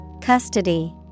Custody